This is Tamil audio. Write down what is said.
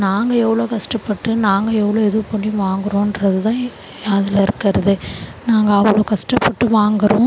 நாங்கள் எவ்வளோ கஷ்டப்பட்டு நாங்கள் எவ்வளோ இது பண்ணி வாங்கிறோம்ன்றது தான் அதில் இருக்கிறது நாங்கள் அவ்வளோ கஷ்டப்பட்டு வாங்கிறோம்